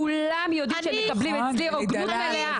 כולם יודעים שהם מקבלים אצלי הוגנות מלאה.